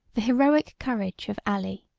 the heroic courage of ali,